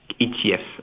ETFs